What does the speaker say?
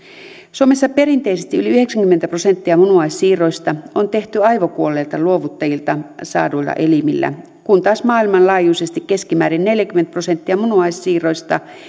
suomessa perinteisesti yli yhdeksänkymmentä prosenttia munuaissiirroista on tehty aivokuolleilta luovuttajilta saaduilla elimillä kun taas maailmanlaajuisesti keskimäärin neljäkymmentä prosenttia munuaissiirroista